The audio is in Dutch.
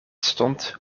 stond